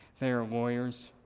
they are lawyers,